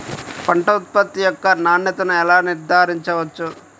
పంట ఉత్పత్తి యొక్క నాణ్యతను ఎలా నిర్ధారించవచ్చు?